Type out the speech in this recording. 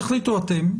תחליטו אתם.